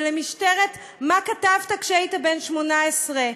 ולמשטרת מה כתבת כשהיית בן 18,